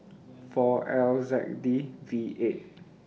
four L Z K D V eight